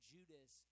Judas